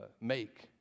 make